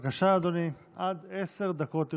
בבקשה, אדוני, עד עשר דקות לרשותך.